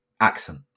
accent